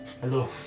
Hello